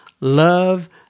love